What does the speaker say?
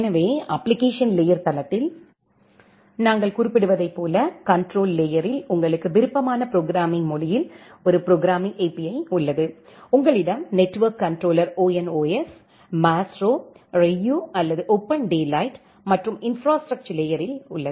எனவே application layer தளத்தில் நாங்கள் குறிப்பிடுவதைப் போல கண்ட்ரோல் லேயர்ரில் உங்களுக்கு விருப்பமான ப்ரோக்ராம்மிங் மொழியில் ஒரு ப்ரோக்ராம்மிங் API உள்ளது உங்களிடம் network controller ONOS Maestro Ryu அல்லது ஓபன்டேலைட் மற்றும் இன்ப்ராஸ்ட்ரக்சர் லேயரில் உள்ளது